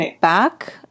back